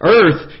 earth